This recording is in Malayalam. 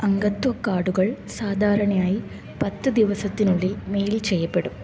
അംഗത്വ കാർഡുകൾ സാധാരണയായി പത്ത് ദിവസത്തിനുള്ളിൽ മെയിൽ ചെയ്യപ്പെടും